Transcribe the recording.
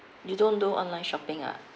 you don't do online shopping ah